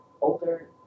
older